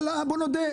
אבל בואו נודה,